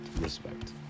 respect